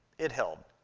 it held.